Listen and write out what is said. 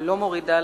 ולא מורידה,